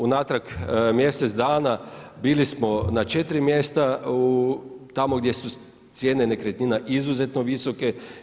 unatrag mjesec dana bili smo na 4 mjesta tamo gdje su cijene nekretnina izuzetno visoke.